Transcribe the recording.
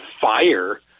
fire